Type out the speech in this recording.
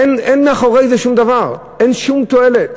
אין מאחורי זה שום דבר, אין שום תועלת,